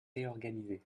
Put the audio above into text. réorganiser